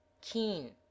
keen